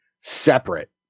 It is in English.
separate